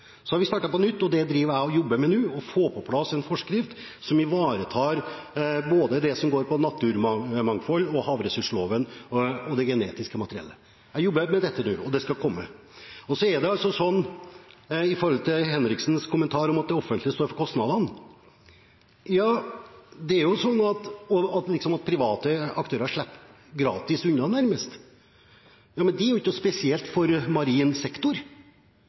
jeg med nå, for å få på plass en forskrift som ivaretar det som handler om både naturmangfold, havressursloven og det genetiske materialet. Jeg jobber med dette nå, og det skal komme. Når det gjelder representanten Henriksens kommentar om at det offentlige står for kostnadene, og at private aktører nærmest slipper gratis unna: Det er jo ikke noe spesielt for marin sektor. Det er ikke noe spesielt for marin sektor at forskning på offentlige institusjoner skaper ideer som forskere eller andre tar seg av under kommersialiseringen. Det er